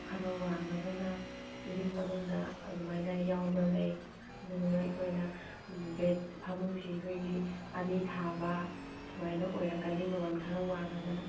ꯈꯔ ꯋꯥꯡꯉꯒꯅ ꯌꯨꯝ ꯃꯅꯨꯡꯗ ꯑꯗꯨꯃꯥꯏꯅ ꯌꯥꯎꯕ ꯂꯩ ꯑꯗꯨꯗꯨꯒ ꯑꯩꯈꯣꯏꯅ ꯕꯦꯠ ꯐꯃꯨꯡꯁꯤ ꯑꯩꯈꯣꯏꯒꯤ ꯑꯅꯤ ꯊꯥꯕ ꯁꯨꯃꯥꯏꯅ ꯑꯣꯏꯔꯛꯀꯅꯤ ꯃꯃꯜ ꯈꯔ ꯋꯥꯡꯉꯒꯅ